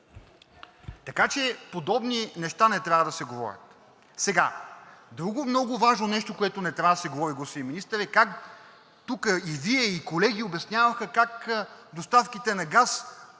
Така че подобни неща не трябва да се говорят. Друго много важно нещо, което не трябва да се говори, господин Министър, е как тук и Вие, и колеги обясняваха как доставките на газ